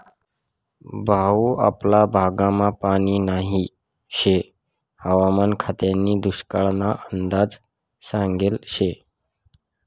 भाऊ आपला भागमा पानी नही शे हवामान खातानी दुष्काळना अंदाज सांगेल शे